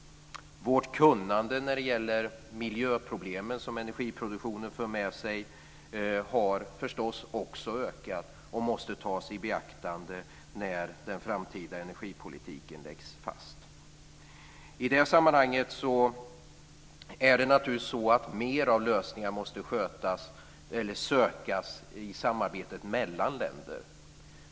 Vårt kunnande när det gäller de miljöproblem som energiproduktionen för med sig har förstås också ökat och måste tas i beaktande när den framtida energipolitiken läggs fast. I det sammanhanget måste naturligtvis mer av lösningar sökas i samarbetet mellan länder.